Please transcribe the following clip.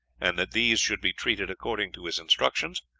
and that these should be treated according to his instructions,